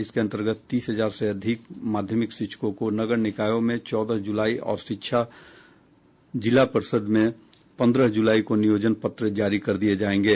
इसके अंतर्गत तीस हजार से अधिक माध्यमिक शिक्षकों को नगर निकायों में चौदह जुलाई और जिला पर्षद में पन्द्रह जुलाई को नियोजन पत्र जारी कर दिये जायेंगे